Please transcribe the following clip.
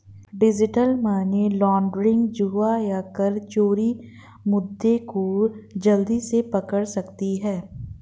digital money laundering, जुआ या कर चोरी मुद्दे को जल्दी से पकड़ सकती है